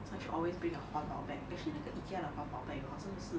so I should always bring a 环保 bag actually Ikea 的环保 bag 真的是